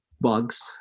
bugs